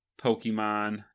Pokemon